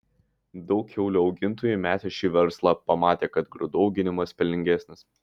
daug kiaulių augintojų metė šį verslą pamatę kad grūdų auginimas pelningesnis